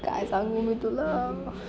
काय सांगू मी तुला